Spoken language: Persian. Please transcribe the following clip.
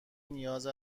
نیاز